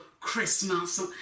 Christmas